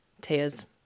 Tears